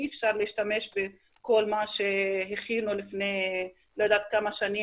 אי אפשר להשתמש בכל מה שהכינו לפני לא יודעת כמה שנים